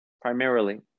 Primarily